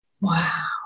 Wow